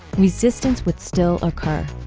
resistance would still occur.